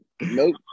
Nope